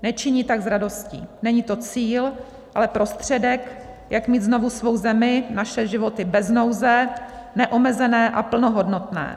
Nečiní tak s radostí, není to cíl, ale prostředek, jak mít znovu svou zemi, naše životy bez nouze, neomezené a plnohodnotné.